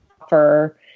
offer